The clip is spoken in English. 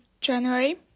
january